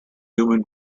human